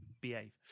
behave